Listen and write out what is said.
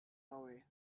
away